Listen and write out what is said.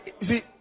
see